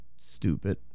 stupid